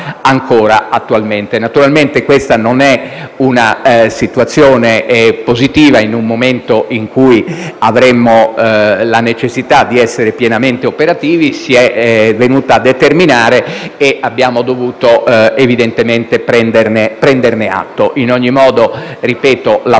ancora attualmente. Naturalmente questa non è una situazione positiva in un momento in cui avremmo la necessità di essere pienamente operativi, ma si è venuta a determinare e abbiamo dovuto prenderne atto. Ad ogni modo, ripeto,